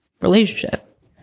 relationship